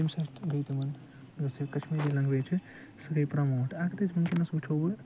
امہ سۭتۍ گے تمن یوٚس یہِ کَشمیٖری لَنٛگویج چھِ سُہ گے پرَموٹ ار أسۍ ونکیٚنَس وٕچھو وۄنۍ